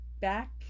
back